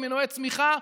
עם מנועי צמיחה,